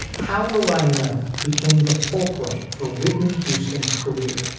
how will i know became the fulcrum for whitney houston's career?